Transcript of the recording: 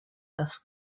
das